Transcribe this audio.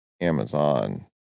Amazon